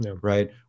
right